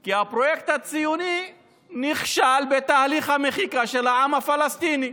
כי הפרויקט הציוני נכשל בתהליך המחיקה של העם הפלסטיני,